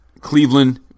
Cleveland